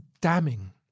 damning